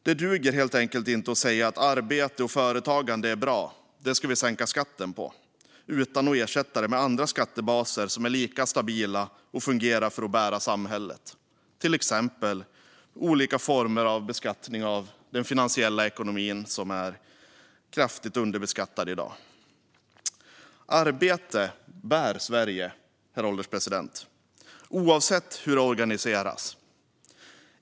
Det duger helt enkelt inte att säga att arbete och företagande är bra och sänka skatten på det utan att ersätta detta med beskattning av andra skattebaser som är lika stabila och fungerar för att bära samhället, till exempel olika former av beskattning av den finansiella ekonomin, som är kraftigt underbeskattad i dag. Arbete bär Sverige, herr ålderspresident, oavsett hur det organiseras.